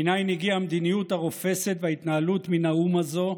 מנין הגיעה המדיניות הרופסת וההתנהלות מן האו"ם הזאת,